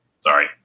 Sorry